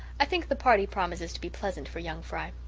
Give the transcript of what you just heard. i think the party promises to be pleasant for young fry.